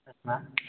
yes ma'am